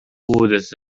woods